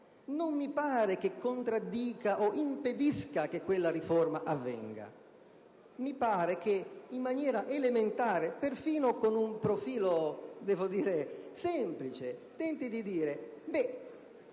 non mi pare che contraddica o impedisca che quella riforma avvenga. Mi pare che in maniera elementare, perfino con un profilo semplice, tenti di stabilire che